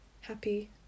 happy